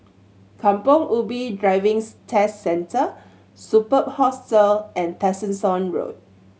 Kampong Ubi Driving's Test Centre Superb Hostel and Tessensohn Road